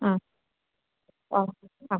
ആ ഓക്കെ ആ